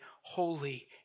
holy